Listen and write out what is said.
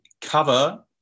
cover